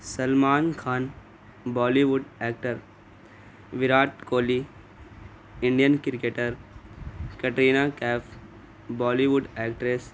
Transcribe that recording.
Salman Khan Bollywood actor Virat Kohli Indian cricketer Katrina Kaif Bollywood actress